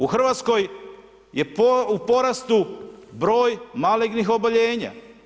U Hrvatskoj je u porastu broj malignih oboljenja.